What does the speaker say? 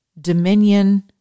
Dominion